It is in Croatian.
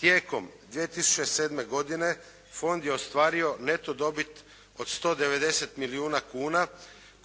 Tijekom 2007. godine fond je ostvario neto dobit od 190 milijuna kuna